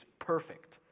perfect